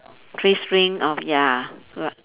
three string of ya l~